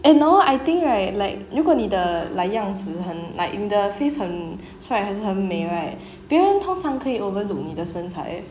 and now I think right like 如果你的 like 样子很 like in the face 很帅还是很美 right 别人通常可以 overlook 你的身材